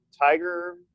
Tiger